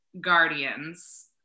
Guardians